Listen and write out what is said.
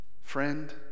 Friend